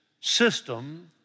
system